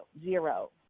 Zero